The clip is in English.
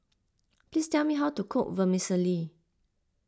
please tell me how to cook Vermicelli